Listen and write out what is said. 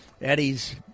Eddie's